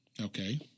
Okay